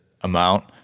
amount